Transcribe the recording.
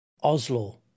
Oslo